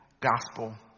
gospel